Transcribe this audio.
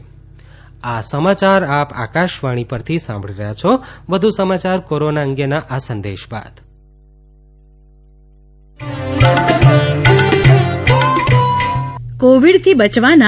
corona સંદેશ આ સમાચાર આપ આકાશવાણી પરથી સાંભળી રહ્યા છો વધુ સમાચાર કોરોના અંગેના આ સંદેશ બાદ કોવિડ ટ્યુન